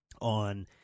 on